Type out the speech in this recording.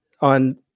on